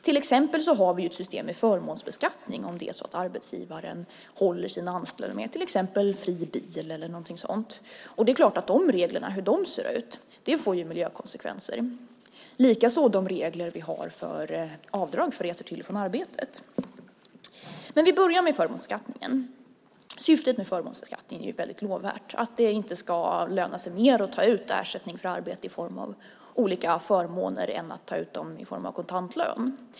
Till exempel har vi ett system med förmånsbeskattning om det är så att arbetsgivaren håller en anställd med till exempel fri bil eller något sådant. Och det är klart att hur de reglerna ser ut får miljökonsekvenser, likaså reglerna för avdrag för resor till och från arbetet. Men vi börjar med förmånsbeskattningen. Syftet med förmånsbeskattningen är ju väldigt lovvärt, att det inte ska löna sig mer att ta ut ersättning för arbete i form av olika förmåner än att ta ut dem i form av kontant lön.